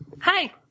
Hi